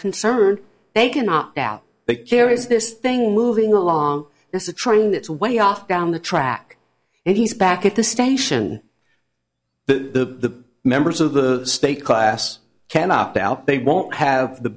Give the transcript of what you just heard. concerned they cannot doubt they care is this thing moving along this a train that's way off down the track and he's back at the station the members of the state class can opt out they won't have the